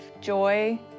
joy